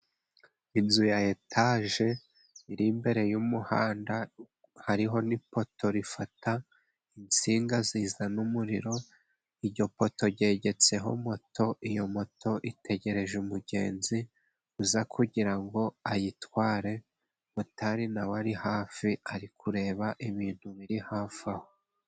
Inzu ya etaje iri imbere y'umuhanda, hariho nipoto rifata insinga zizana umuriro. Iryo poto ryegegetseho moto, iyo moto itegereje umugenzi, uza kugira ngo ayitware, motari nawe ari hafi ari kureba ibintu biri hafi aho.